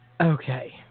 Okay